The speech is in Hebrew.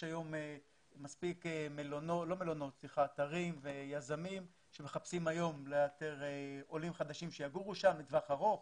יש היום מספיק אתרים ויזמים שמחפשים עולים חדשים שיגורו לטווח ארוך.